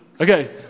Okay